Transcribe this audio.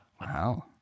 Wow